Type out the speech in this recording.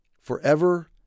forever